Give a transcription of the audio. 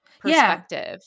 perspective